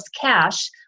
cash